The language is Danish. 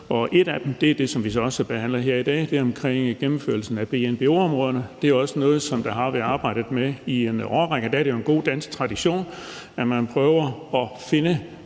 om. Et af dem er det, som vi så behandler her i dag, nemlig det omkring gennemførelsen af BNBO-områderne. Det er også noget, som der har været arbejdet med i en årrække, og der er det jo en god dansk tradition, at man prøver at finde